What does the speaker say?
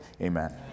amen